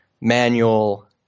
manual